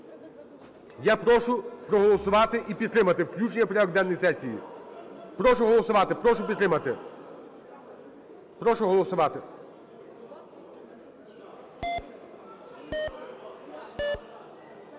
Я прошу проголосувати і підтримати включення в порядок денний сесії. Прошу голосувати, прошу підтримати. Прошу голосувати.